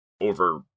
over